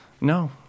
No